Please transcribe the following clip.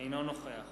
אינו נוכח